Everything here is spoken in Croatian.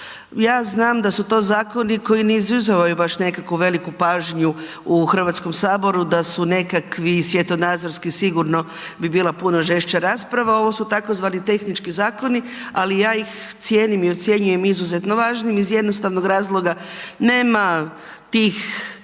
Ja znam da su to zakoni koji ne izazivaju baš nekakvu veliku pažnju u Hrvatskom saboru, da su nekakvi svjetonazorski, sigurno bi bila puno žešća rasprava, ovo su tzv. tehnički zakoni ali ja ih cijenim i ocjenjujem izuzetno važnim iz jednostavnog razloga nema te